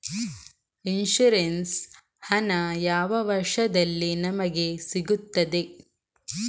Insurance ಹಣ ಯಾವ ವರ್ಷದಲ್ಲಿ ನಮಗೆ ಸಿಗುತ್ತದೆ?